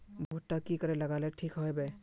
भुट्टा की करे लगा ले ठिक है बय?